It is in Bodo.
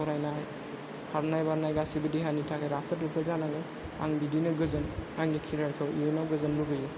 फरायनाय खारनाय बारनाय गासैबो देहानि थाखाय राफोद रुफोद जानांगोन आं बिदिनो गोजोन आंनि केरियारखौ इयुनाव गोजोन लुगैयो